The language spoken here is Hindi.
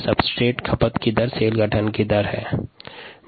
यह क्रियाधार के उपभोग की दर और कोशिका निर्माण की दर को दर्शाता है